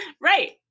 Right